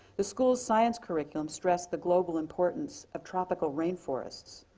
the school's science curriculum stressed the global importance of tropical rainforests,